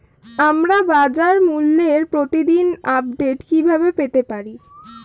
আমরা বাজারমূল্যের প্রতিদিন আপডেট কিভাবে পেতে পারি?